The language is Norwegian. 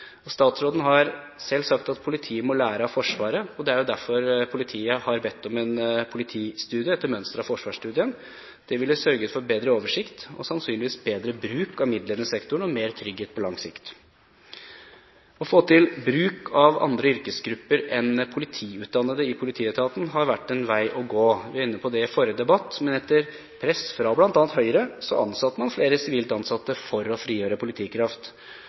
Statsråden har selv sagt at politiet må lære av Forsvaret, og det er derfor politiet har bedt om en politistudie etter mønster av Forsvarsstudien. Det ville sørget for bedre oversikt og sannsynligvis bedre bruk av midlene i sektoren og mer trygghet på lang sikt. Å få til bruk av andre yrkesgrupper enn politiutdannede i politietaten har vært en vei å gå. Vi var inne på det i forrige debatt, men etter press fra bl.a. Høyre ansatte man flere sivilt ansatte for å frigjøre politikraft.